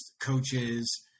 coaches